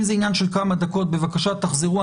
אם זה עניין של כמה דקות, בבקשה, ותחזרו.